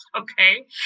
okay